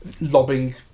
lobbing